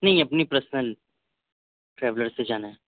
نہیں اپنی personal traveller سے جانا ہے